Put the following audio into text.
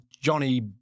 Johnny